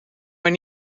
maar